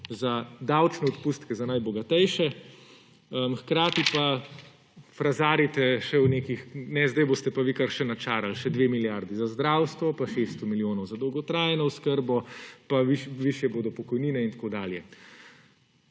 za davčne odpustke za najbogatejše. Hkrati pa frazarite, da zdaj boste pa vi kar načarali še 2 milijardi za zdravstvo pa 600 milijonov za dolgotrajno oskrbo pa višje bodo pokojnine in tako dalje.